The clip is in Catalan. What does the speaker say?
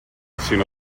sinó